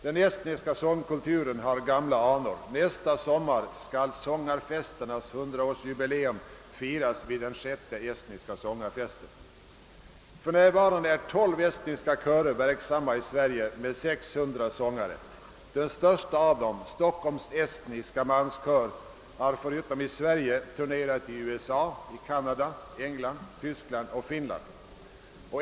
Den estniska sångkulturen har gamla anor. Nästa sommar skall sångarfesternas 100-årsjubileum firas vid den sjätte estniska sångarfesten. För närvarande är tolv estniska körer med 600 sångare verksamma i Sverige. Den största av dem, Stockholms estniska manskör, har förutom i Sverige turnerat i USA, Kanada, England, Tyskland och Finland.